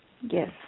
Yes